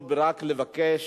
ורק עוד לבקש,